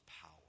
power